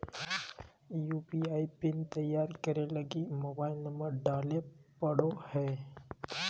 UPI PIN तैयार करे लगी मोबाइल नंबर डाले पड़ो हय